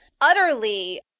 utterly